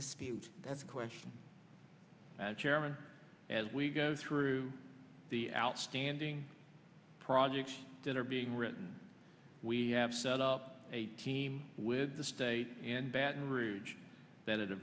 dispute that's a question that chairman as we go through the outstanding projects that are being written we have set up a team with the state in baton rouge that